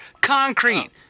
Concrete